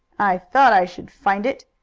i thought i should find it,